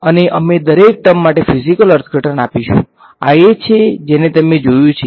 અને અમે દરેક ટર્મ માટે ફીઝીકલ અર્થઘટન આપીશું આ એ છે જેને તમે જોયુ છે